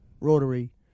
Rotary